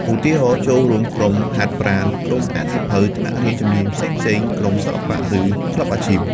ឧទាហរណ៍ ចូលរួមក្រុមហាត់ប្រាណ ក្រុមអានសៀវភៅ ថ្នាក់រៀនជំនាញផ្សេងៗ ក្រុមសិល្បៈ ឬក្លឹបអាជីព។